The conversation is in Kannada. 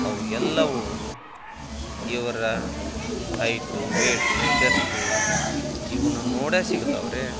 ಅವು ಎಲ್ಲವೂ ಇವರ ಹೈಟು ವೇಟು ಚಶ್ಟು ಇವ್ನ ನೋಡೇ ಸಿಗತಾವೆ ರಿ